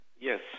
Yes